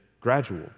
gradual